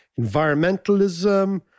environmentalism